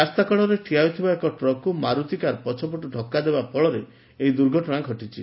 ରାସ୍ତାକଡରେ ଠିଆ ହୋଇଥିବା ଏକ ଟ୍ରକ୍କୁ ମାରୁତି କାର୍ ପଛପଟୁ ଧକ୍କ ଦେବା ଫଳରେ ଏହି ଦୁଘଟଶା ଘଟିଛି